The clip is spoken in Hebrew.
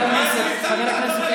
צא.